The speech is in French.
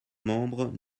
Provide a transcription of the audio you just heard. membres